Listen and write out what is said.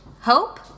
Hope